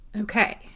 Okay